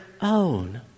own